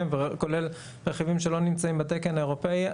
כולל רכיבים שלא נמצאים בתקן האירופאי,